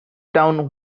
down